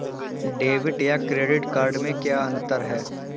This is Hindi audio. डेबिट या क्रेडिट कार्ड में क्या अन्तर है?